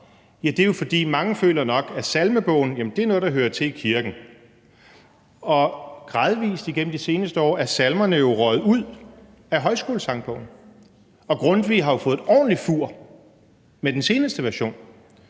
Ja, det er jo nok, fordi mange føler, at Salmebogen er noget, der hører til i kirken. Og gradvis igennem de seneste år er salmerne jo røget ud af Højskolesangbogen, og Grundtvig har fået et ordentligt fur med den seneste version.